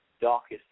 darkest